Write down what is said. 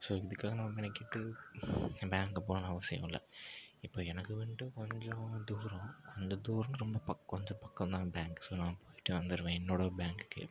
so இதுக்காக நம்ம மெனக்கெட்டு பேங்க்கு போகணும்னு அவசியம் இல்லை இப்போ எனக்கு வந்துட்டு கொஞ்சம் தூரம் அந்த தூரம் ரொம்ப பக் கொஞ்சம் பக்கம் தான் பேங்க் ஸோ நான் போய்விட்டு வந்துருவேன் என்னோட பேங்க்குக்கு